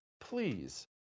Please